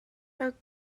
are